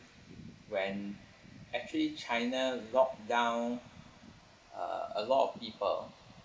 when actually china lockdown uh a lot of people